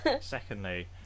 secondly